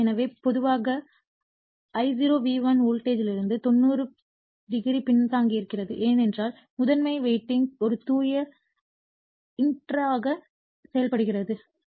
எனவே பொதுவாக I0 V1 voltage இலிருந்து 90o பின்தங்கியிருக்கிறது ஏனென்றால் முதன்மை வைண்டிங் ஒரு தூய இண்டக்டராக செயல்படுகிறது